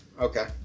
okay